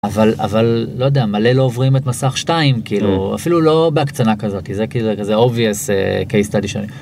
אבל אבל לא יודע מלא לא עוברים את מסך שתיים כאילו אפילו לא בהקצנה כזאתי זה כאילו זה obvious case study